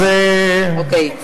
אוקיי,